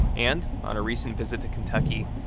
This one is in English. and on a recent visit to kentucky,